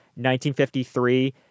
1953